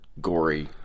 gory